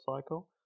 cycle